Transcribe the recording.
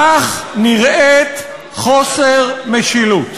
כך נראה חוסר משילות.